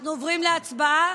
אנחנו עוברים להצבעה?